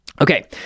okay